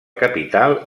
capital